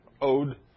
owed